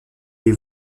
les